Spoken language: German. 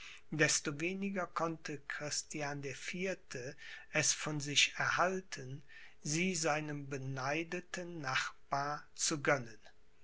desto weniger konnte christian der vierte es von sich erhalten sie seinem beneideten nachbar zu gönnen